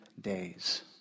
days